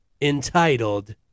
entitled